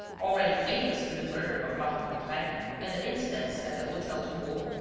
already famous through the murder of baron d'hautrec and the incidents at the hotel drouot,